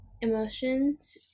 emotions